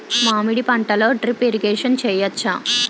మామిడి పంటలో drip irrigation చేయచ్చా?